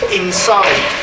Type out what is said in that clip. inside